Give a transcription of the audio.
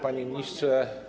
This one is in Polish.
Panie Ministrze!